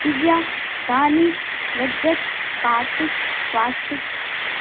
Divya Danish Rajat Kartik Swastik